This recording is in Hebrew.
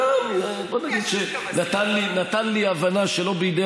בואי נגיד שזה נתן לי הבנה שלא בידי